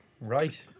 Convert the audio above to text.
Right